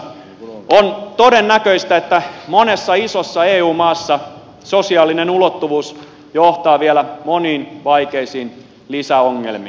on todennäköistä että monessa isossa eu maassa sosiaalinen ulottuvuus johtaa vielä moniin vaikeisiin lisäongelmiin